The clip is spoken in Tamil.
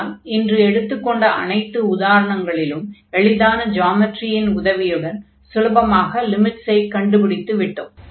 ஆனால் இன்று எடுத்துக் கொண்ட அனைத்து உதாரணங்களிலும் எளிதான ஜாமெட்ரியின் உதவியுடன் சுலபமாக லிமிட்ஸை கண்டுபிடித்து விட்டோம்